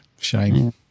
shame